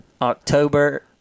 October